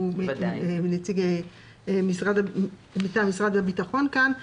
שהוא נציג משרד הביטחון כאן.